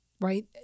right